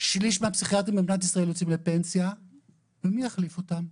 שליש מהפסיכיאטרים במדינת ישראל יוצאים לפנסיה ומי יחליף אותם?